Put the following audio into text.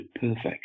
perfect